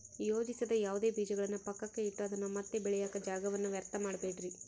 ಯೋಜಿಸದ ಯಾವುದೇ ಬೀಜಗಳನ್ನು ಪಕ್ಕಕ್ಕೆ ಇಟ್ಟು ಅದನ್ನ ಮತ್ತೆ ಬೆಳೆಯಾಕ ಜಾಗವನ್ನ ವ್ಯರ್ಥ ಮಾಡಬ್ಯಾಡ್ರಿ